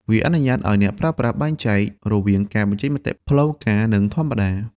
វាអនុញ្ញាតឱ្យអ្នកប្រើប្រាស់បែងចែករវាងការបញ្ចេញមតិផ្លូវការ និងធម្មតា។